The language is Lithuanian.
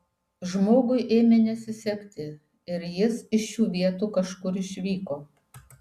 žmogui ėmė nesisekti ir jis iš šių vietų kažkur išvyko